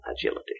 agility